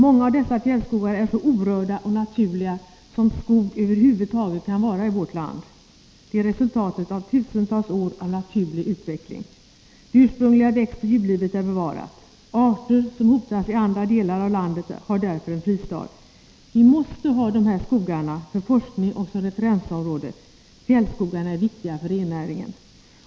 Många av dessa fjällskogar är så orörda och naturliga som skog över huvud taget kan vara i vårt land. Det är resultatet av tusentals år av naturlig utveckling. Det ursprungliga växtoch djurlivet är bevarat. Arter som hotas i andra delar av landet har därför en fristad. Vi måste ha de här skogarna för forskning och som referensområde. Fjällskogarna är viktiga för rennäringen.